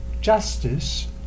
justice